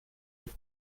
had